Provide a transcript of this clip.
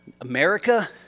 america